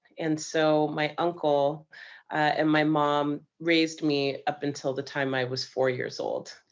and so my uncle and my mom raised me up until the time i was four-years-old.